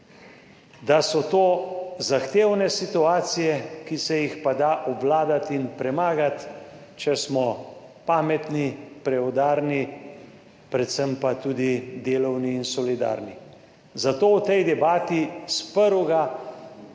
da so to zahtevne situacije, ki se jih pa da obvladati in premagati, če smo pametni, preudarni, predvsem pa tudi delovni in solidarni. Zato v tej debati s prvega,